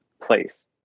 place